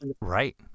Right